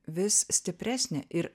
vis stipresnė ir